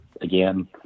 again